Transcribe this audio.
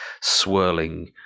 swirling